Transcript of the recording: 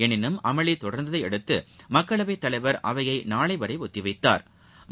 எனினும் அமளி தொடர்ந்ததை அடுத்து மக்களவைத் தலைவா் அவையை நாளை வளர் ஒத்திவைத்தாா்